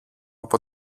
από